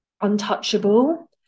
untouchable